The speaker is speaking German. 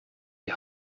die